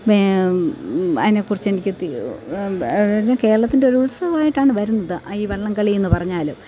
വേ അതിനെക്കുറിച്ച് എനിക്ക് തി അതായത് കേരളത്തിൻ്റെ ഒരു ഉത്സവം ആയിട്ടാണ് വരുന്നത് ഈ വെള്ളം കളി എന്ന് പറഞ്ഞാല്